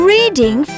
Reading